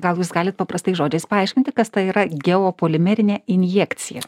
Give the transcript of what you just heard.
gal jūs galit paprastais žodžiais paaiškinti kas ta yra geopolimerinė injekcija